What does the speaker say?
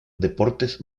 deportes